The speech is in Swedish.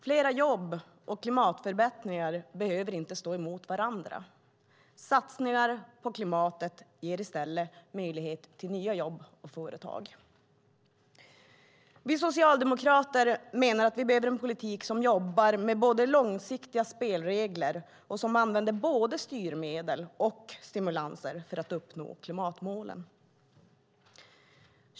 Fler jobb och klimatförbättringar behöver inte stå emot varandra. Satsningar på klimatet ger i stället möjlighet till nya jobb och företag. Vi socialdemokrater menar att vi behöver en politik som jobbar med långsiktiga spelregler och som använder både styrmedel och stimulanser för att uppnå klimatmålen.